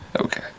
Okay